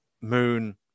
moon